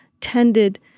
tended